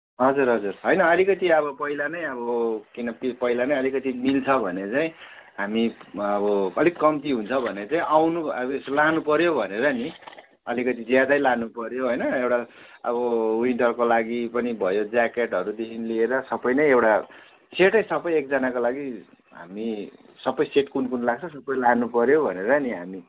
हजुर हजुर होइन अलिकति अब पहिला नै अब किन पहिला नै अलिकति मिल्छ भने चाहिँ हामी अब अलिक कम्ती हुन्छ भने चाहिँ आउनु लानु पर्यो भनेर नि अलिकति ज्यादै लानु पर्यो होइन एउटा अब विन्टरको लागि पनि भयो ज्याकेटहरूदेखि लिएर सबै नै एउटा सेट सबै एकजनाको लागि हामी सबै सेट कुनु कुन लाग्छ सबै लानु पर्यो भनेर नि हामी